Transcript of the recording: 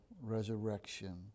resurrection